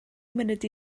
munud